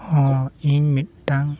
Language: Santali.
ᱦᱮᱸ ᱤᱧ ᱢᱤᱫᱴᱟᱝ